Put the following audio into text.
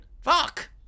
fuck